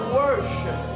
worship